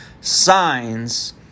signs